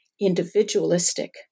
individualistic